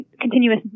continuous